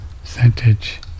percentage